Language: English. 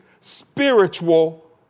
spiritual